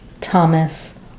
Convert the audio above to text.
Thomas